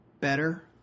better